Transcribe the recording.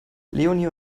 leonie